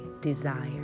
desire